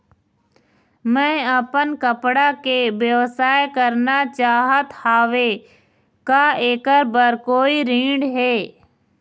मैं अपन कपड़ा के व्यवसाय करना चाहत हावे का ऐकर बर कोई ऋण हे?